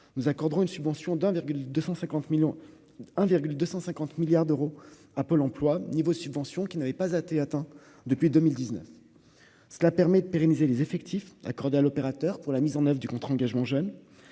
nous accordera une subvention d'1,250 1000000, 1,250 milliard d'euros à Pôle emploi niveau subventions qui n'avait pas athée atteint depuis 2019, cela permet de pérenniser les effectifs accordée à l'opérateur pour la mise en oeuvre du contrat engagement jeune,